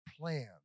plan